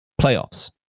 playoffs